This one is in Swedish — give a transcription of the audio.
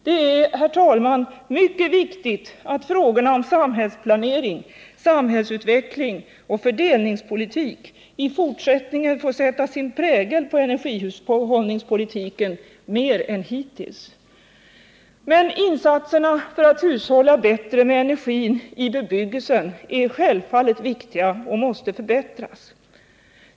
Det är, herr talman, mycket viktigt att frågorna om samhällsplanering, samhällsutveckling och fördelningspolitik i fortsättningen får sätta sin prägel på energihushållningspolitiken mer än hittills. Men insatserna för att hushålla bättre med energin i bebyggelsen är självfallet också viktiga och måste förbättras.